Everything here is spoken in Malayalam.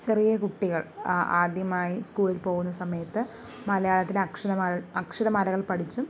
ചെറിയ കുട്ടികൾ ആ ആദ്യമായി സ്കൂളിൽ പോകുന്ന സമയത്ത് മലയാളത്തിൽ അക്ഷരമാല അക്ഷരമാലകൾ പഠിച്ചും